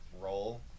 role